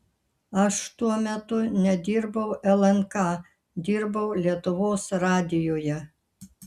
aš tuo metu nedirbau lnk dirbau lietuvos radijuje